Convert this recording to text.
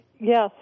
Yes